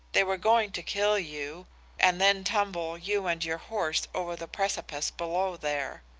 they were going to kill you and then tumble you and your horse over the precipice below there.